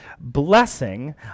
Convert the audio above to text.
blessing